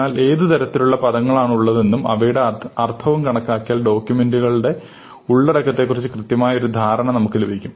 എന്നാൽ ഏത് തരത്തിലുള്ള പദങ്ങളാണുള്ളതെന്നും അവയുടെ അർത്ഥവും കണക്കാക്കിയാൽ ഡോക്യൂമെന്റുകളുടെ ഉള്ളടക്കത്തെക്കുറിച്ച് കൃത്യമായ ഒരു ധാരണ നമുക്ക് ലഭിക്കും